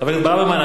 הכנסת ברוורמן,